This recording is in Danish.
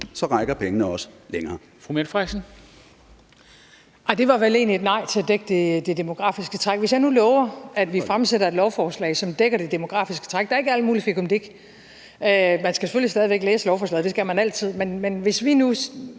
rækker pengene også længere.